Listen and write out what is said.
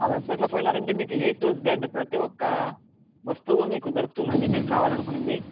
ఆ వెబ్సైట్లోకి పోయినారంటే మీకు ఏ టు జెడ్ ప్రతి ఒక్క వస్తువు మీకు దొరుకుతుందండి మీరు కావాలనుకున్నది